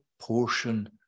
portion